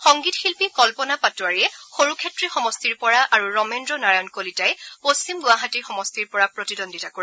সংগীত শিল্পী কল্পনা পাটোৱাৰীয়ে সৰুক্ষেত্ৰী সমষ্টিৰ পৰা আৰু ৰমেন্দ্ৰ নাৰায়ণ কলিতাই পশ্চিম গুৱাহাটী সমষ্টিৰ পৰা প্ৰতিদ্বন্দ্বিতা কৰিব